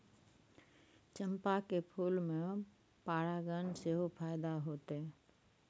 चंपा के फूल में परागण से फायदा होतय?